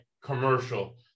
commercial